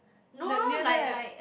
the near there